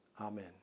Amen